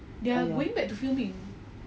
ah ya